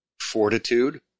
fortitude